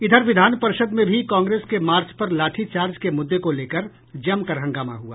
इधर विधान परिषद में भी कांग्रेस के मार्च पर लाठी चार्ज के मुद्दे को लेकर जमकर हंगामा हुआ